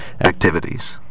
activities